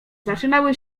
zaczynały